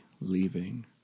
leaving